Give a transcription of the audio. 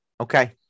okay